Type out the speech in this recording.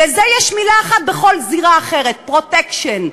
לזה יש מילה אחת בכל זירה אחרת, "פרוטקשן".